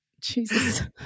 Jesus